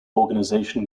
organization